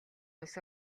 улс